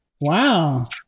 Wow